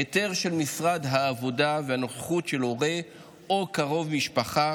היתר של משרד העבודה ונוכחות של הורה או של קרוב משפחה